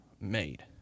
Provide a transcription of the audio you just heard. made